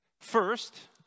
First